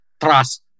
trust